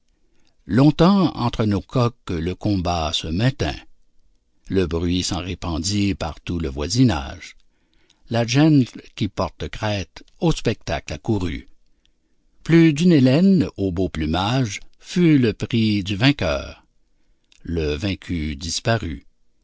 longtemps entre nos coqs le combat se maintint le bruit s'en répandit par tout le voisinage la gent qui porte crête au spectacle accourut plus d'une hélène au beau plumage fut le prix du vainqueur le vaincu disparut